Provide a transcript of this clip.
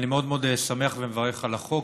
אני שמח ומברך על החוק,